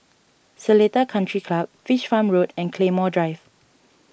Seletar Country Club Fish Farm Road and Claymore Drive